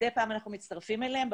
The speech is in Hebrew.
מדי פעם אנחנו מצטרפים אליהם.